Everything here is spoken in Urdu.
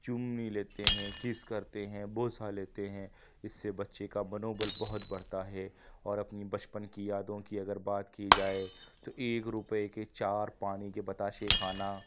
چُمی لیتے ہیں کس کرتے ہیں بوسہ لیتے ہیں اِس سے بچے کا منوبل بہت بڑھتا ہے اور اپنی بچپن کی یادوں کی اگر بات کی جائے تو ایک روپے کے چار پانی کے بتاشے کھانا